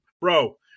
bro